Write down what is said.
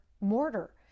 mortar